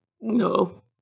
No